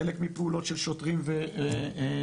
חלק מפעולות של שוטרים ופקחים,